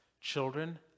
children